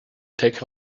take